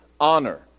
honor